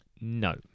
No